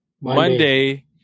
Monday